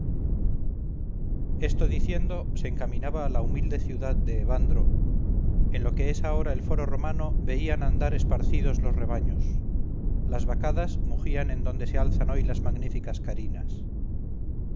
esto diciendo se encaminaba a la humilde ciudad de evandro en lo que es ahora el foro romano veían andar esparcidos los rebaños las vacadas mugían en donde se alzan hoy las magníficas carinas